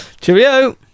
Cheerio